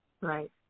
Right